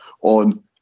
on